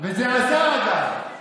וזה עזר, אגב.